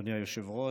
אדוני היושב-ראש,